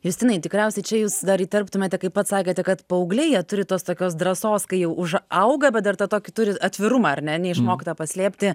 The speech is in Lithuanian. justinai tikriausiai čia jūs dar įterptumėte kaip pats sakėte kad paaugliai jie turi tos tokios drąsos kai jau už auga bet dar tą tokį turi atvirumą ar ne neišmoktą paslėpti